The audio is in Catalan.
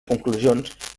conclusions